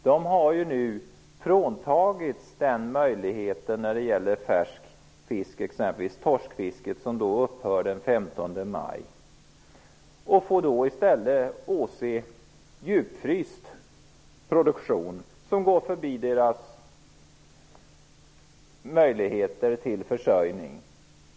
De har nu fråntagits möjligheten att fiska färsk torsk. Det fisket upphör den 15 maj. De får i stället åse en produktion av djupfryst fisk som hindrar deras möjligheter till försörjning.